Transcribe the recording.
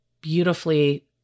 beautifully